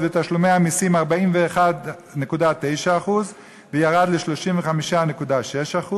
ותשלומי המסים 41.9% וירד ל-35.6%.